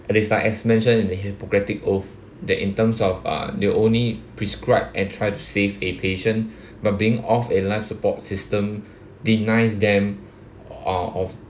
and is like as mentioned in the hippocratic oath the in terms of uh they only prescribe and try to save a patient but being off a life support system denies them of